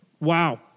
Wow